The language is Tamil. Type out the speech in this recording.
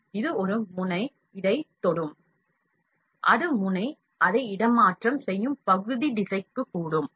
மற்றும் இது ஒரு முனை இதைத் தொடும் அது முனை அதை இடமாற்றம் செய்யும் பகுதி சிதைக்கக்கூடும்